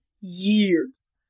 years